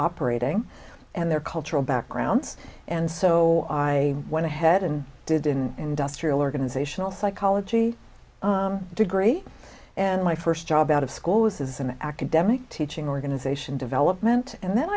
operating and their cultural backgrounds and so i went ahead and did in industrial organizational psychology degree and my first job out of school was an academic teaching organization development and then